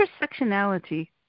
intersectionality